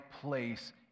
place